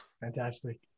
Fantastic